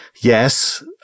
yes